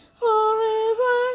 forever